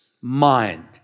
mind